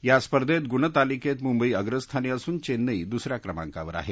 या स्पर्धेत गुणतालिकेत मुंबई अग्रस्थानी असून चेन्नई दुसऱ्या क्रमांकावर आहे